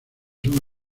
son